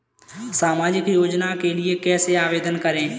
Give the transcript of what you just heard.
सामाजिक योजना के लिए कैसे आवेदन करें?